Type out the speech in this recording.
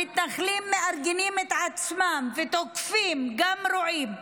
המתנחלים מארגנים את עצמם ותוקפים גם רועים,